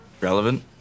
relevant